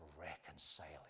reconciling